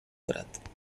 prat